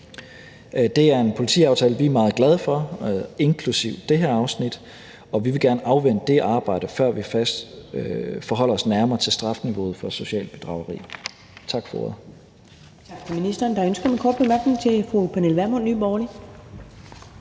Det er en politiaftale inklusive det her afsnit, vi er meget glade for, og vi vil gerne afvente det arbejde, før vi forholder os nærmere til strafniveauet for socialt bedrageri. Tak for ordet.